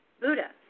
Buddha